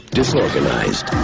disorganized